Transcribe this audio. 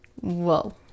Whoa